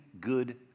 good